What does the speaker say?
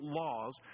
laws